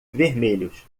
vermelhos